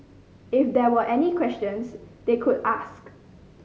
if there were any questions they could ask